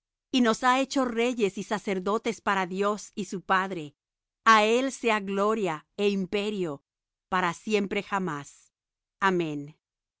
y nos ha hecho reyes y sacerdotes para dios y su padre á él sea gloria é imperio para siempre jamás amén